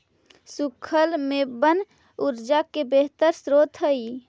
सूखल मेवबन ऊर्जा के बेहतर स्रोत हई